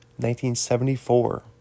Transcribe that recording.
1974